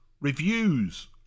reviews